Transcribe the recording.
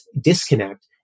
disconnect